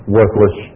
worthless